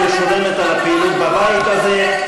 המשכורת שלנו משולמת על הפעילות בבית הזה,